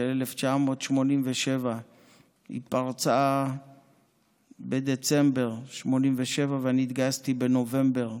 1987. היא פרצה בדצמבר 1987 ואני התגייסתי בנובמבר,